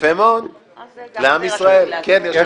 יפה מאוד לעם ישראל.